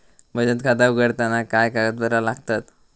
बचत खाता उघडताना काय कागदपत्रा लागतत?